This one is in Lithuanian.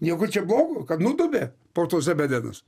nieko čia blogo kad nudobė po to zebedenas